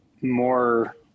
more –